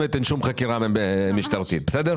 הטענות שעלו בוועדת הכספים לפני השימוע,